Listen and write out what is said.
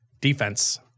defense